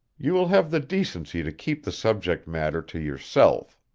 you will have the decency to keep the subject-matter to yourself.